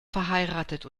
verheiratet